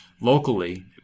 locally